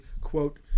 quote